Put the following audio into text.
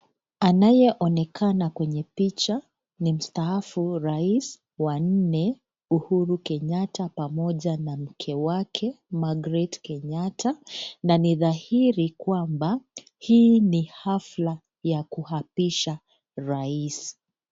Anayeonekana kwenye picha ni mstaafu rais wa nne Uhuru Kenyatta, pamoja na make wake Margret Kenyatta na ni dhahiri kwamba hii ni hafla ya kuapisha Rais.